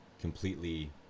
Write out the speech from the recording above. completely